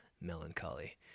melancholy